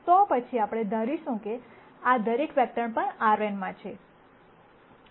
તો પછી આપણે ધારીશું કે આ દરેક વેક્ટર પણ Rn માં છે